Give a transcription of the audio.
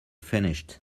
finished